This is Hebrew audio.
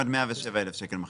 ומורשים, עד מחזור של 107,000 ₪.